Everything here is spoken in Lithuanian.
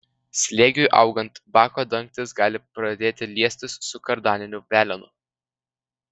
slėgiui augant bako dangtis gali pradėti liestis su kardaniniu velenu